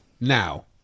Now